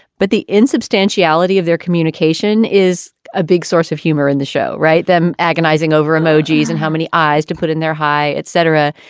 but the inner substantiality of their communication is a big source of humor in the show. right. them agonizing over emojis and how many eyes to put in their high, etc.